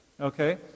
Okay